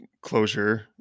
closure